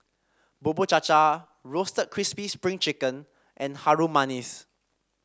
Bubur Cha Cha Roasted Crispy Spring Chicken and Harum Manis